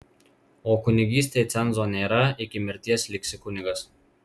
o kunigystei cenzo nėra iki mirties liksi kunigas